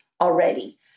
already